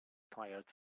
tired